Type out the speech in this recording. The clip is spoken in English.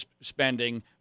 spending